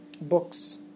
books